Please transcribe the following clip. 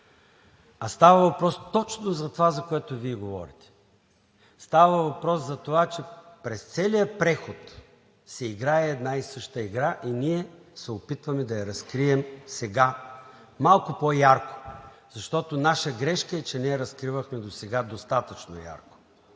а става въпрос точно за това, за което Вие говорите. Става въпрос за това, че през целия преход се играе една и съща игра и ние се опитваме да я разкрием сега малко по ярко, защото нашата грешка е, че не я разкривахме досега достатъчно ярко.